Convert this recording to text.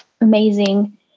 amazing